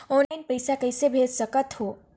Online पइसा कइसे भेज सकत हो?